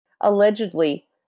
allegedly